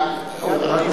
השאלה רק,